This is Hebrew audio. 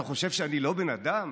אתה חושב שאני לא בן אדם?